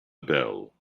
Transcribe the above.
bell